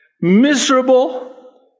miserable